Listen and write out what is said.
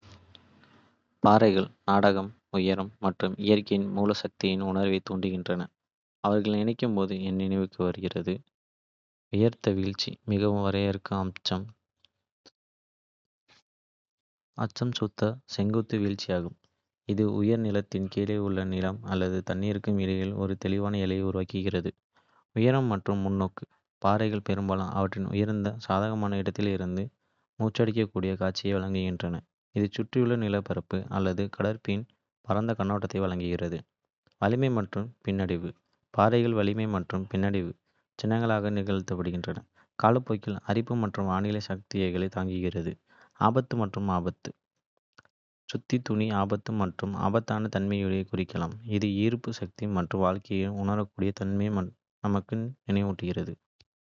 பாறைகள் நாடகம், உயரம் மற்றும் இயற்கையின் மூல சக்தியின் உணர்வைத் தூண்டுகின்றன. அவர்களை நினைக்கும் போது என் நினைவுக்கு வருவது இதோ. வியத்தகு வீழ்ச்சி மிகவும் வரையறுக்கும் அம்சம் சுத்த, செங்குத்து வீழ்ச்சி ஆகும், இது உயர் நிலத்திற்கும் கீழே உள்ள நிலம் அல்லது தண்ணீருக்கும் இடையில் ஒரு தெளிவான எல்லையை உருவாக்குகிறது. உயரம் மற்றும் முன்னோக்கு பாறைகள் பெரும்பாலும் அவற்றின் உயர்ந்த சாதகமான இடத்திலிருந்து மூச்சடைக்கக்கூடிய காட்சிகளை வழங்குகின்றன, இது சுற்றியுள்ள நிலப்பரப்பு அல்லது கடற்பரப்பின். பரந்த கண்ணோட்டத்தை வழங்குகிறது. வலிமை மற்றும் பின்னடைவு பாறைகள் வலிமை மற்றும் பின்னடைவின் சின்னங்களாக நிற்கின்றன, காலப்போக்கில் அரிப்பு மற்றும் வானிலை சக்திகளைத் தாங்கியுள்ளன. ஆபத்து மற்றும் ஆபத்து: சுத்த துளி ஆபத்து மற்றும் ஆபத்தான தன்மையையும் குறிக்கலாம், இது ஈர்ப்பு சக்தி மற்றும் வாழ்க்கையின் உடையக்கூடிய தன்மையை நமக்கு நினைவூட்டுகிறது.